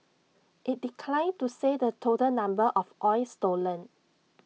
IT declined to say the total number of oil stolen